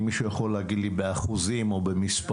אם מישהו יכול להגיד לי באחוזים או במספרים,